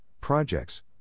projects